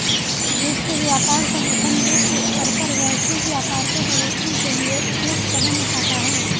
विश्व व्यापार संगठन विश्व स्तर पर वैश्विक व्यापार के बढ़ोतरी के लिए उपयुक्त कदम उठाता है